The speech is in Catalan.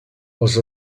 els